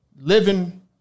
Living